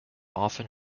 often